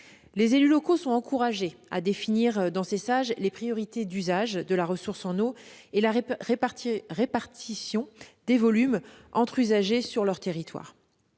Les élus locaux sont encouragés à définir dans ces Sage les priorités d'usage de la ressource en eau et la répartition, sur leur territoire,